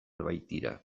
baitira